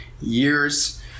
years